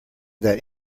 that